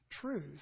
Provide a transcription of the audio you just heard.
Truth